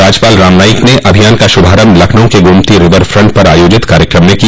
राज्यपाल राम नाईक ने अभियान का शुभारम्भ लखनऊ के गोमती रिवर फन्ट पर आयोजित कार्यक्रम में किया